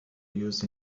use